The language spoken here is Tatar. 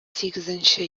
сигезенче